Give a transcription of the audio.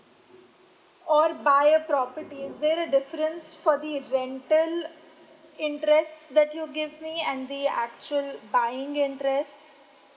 or buy a property is there a difference for the rental interest that you give me and the actual buying interest